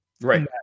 right